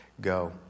go